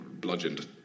bludgeoned